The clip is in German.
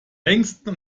längsten